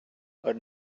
are